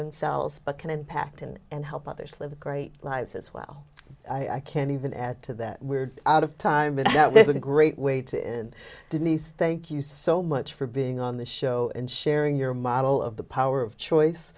themselves but can impact and and help others live a great lives as well i can even add to that we're out of time but i know there's a great way to end denise thank you so much for being on the show and sharing your model of the power of choice